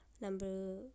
Number